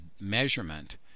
measurement